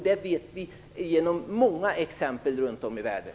Det vet vi genom många exempel runt om i världen.